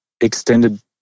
extended